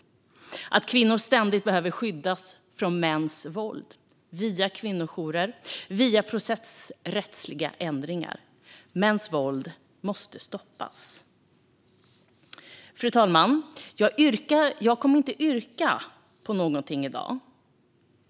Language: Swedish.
Kvinnor behöver ständigt skyddas från mäns våld, via kvinnojourer och via processrättsliga ändringar. Mäns våld måste stoppas. Fru talman! Jag kommer inte att yrka på något i dag.